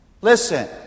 Listen